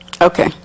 Okay